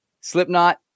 Slipknot